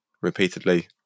repeatedly